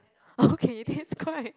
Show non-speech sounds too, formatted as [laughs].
[laughs] okay that's quite